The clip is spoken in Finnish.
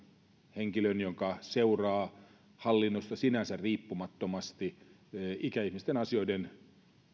henkilön joka seuraa hallinnosta sinänsä riippumattomasti ikäihmisten asioiden